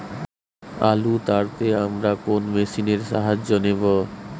আলু তাড়তে আমরা কোন মেশিনের সাহায্য নেব?